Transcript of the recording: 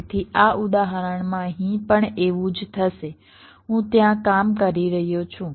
તેથી આ ઉદાહરણમાં અહીં પણ એવું જ થશે હું ત્યાં કામ કરી રહ્યો છું